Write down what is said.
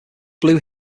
blue